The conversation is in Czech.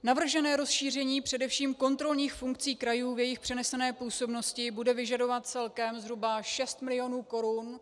Navržené rozšíření především kontrolních funkcí krajů v jejich přenesené působnosti bude vyžadovat celkem zhruba 6 mil. korun.